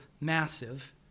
massive